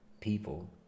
People